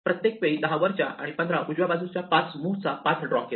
प्रत्येक वेळी 10 वरच्या आणि उजव्या बाजूच्या 5 मुव्हचा पाथ ड्रॉ केला